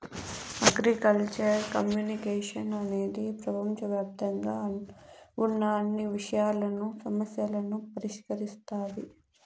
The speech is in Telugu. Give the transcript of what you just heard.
అగ్రికల్చరల్ కమ్యునికేషన్ అనేది ప్రపంచవ్యాప్తంగా ఉన్న అన్ని విషయాలను, సమస్యలను పరిష్కరిస్తాది